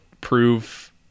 prove